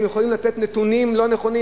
הם יכולים לתת נתונים לא נכונים.